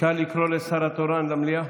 אפשר לקרוא לשר התורן למליאה?